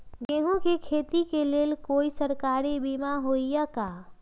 गेंहू के खेती के लेल कोइ सरकारी बीमा होईअ का?